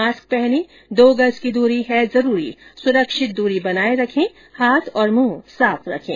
mask पहनें दो गज की दूरी है जरूरी सुरक्षित दूरी बनाए रखें हाथ और मुंह साफ रखें